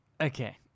Okay